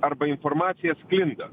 arba informacija sklinda